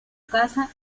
casa